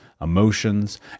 emotions